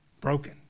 broken